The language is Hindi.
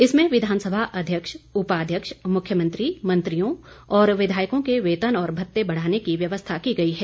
इसमें विधानसभा अध्यक्ष उपाध्यक्ष मुख्यमंत्री मंत्रियों और विधायकों के वेतन और भत्ते बढ़ाने की व्यवस्था की गई है